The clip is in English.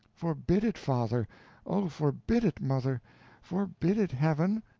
forbid it, father oh! forbid it, mother forbid it, heaven.